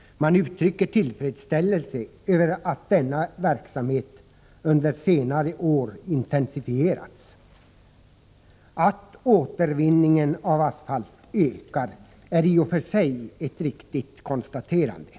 Man uttrycker tillfredsställelse över att denna verksamhet under senare år intensifierats. Att återvinningen av asfalt ökar är i och för sig ett riktigt konstaterande.